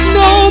no